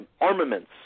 armaments